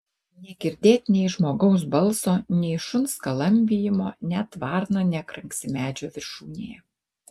negirdėt nei žmogaus balso nei šuns skalambijimo net varna nekranksi medžio viršūnėje